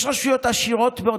יש רשויות עשירות מאוד,